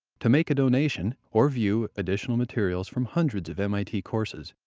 to make a donation or view additional materials from hundreds of mit courses,